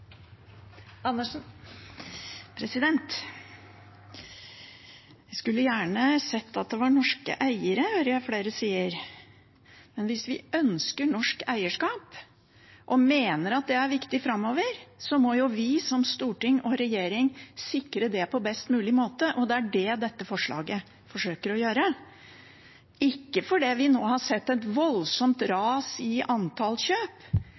var norske eiere, hører jeg flere si. Men hvis vi ønsker norsk eierskap og mener at det er viktig framover, må jo vi som storting og regjering sikre det på best mulig måte, og det er det dette forslaget forsøker å gjøre. Det er ikke fordi vi nå har sett et voldsomt ras i antall kjøp.